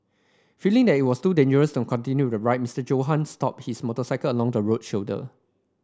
feeling that it was too dangerous to continue riding Mister Johann stopped his motorcycle along the road shoulder